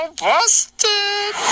busted